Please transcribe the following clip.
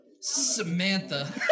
Samantha